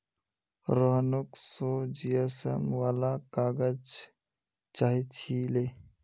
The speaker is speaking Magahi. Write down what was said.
रोहनक सौ जीएसएम वाला काग़ज़ चाहिए छिले